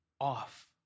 off